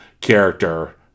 character